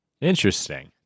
Interesting